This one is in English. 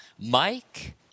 Mike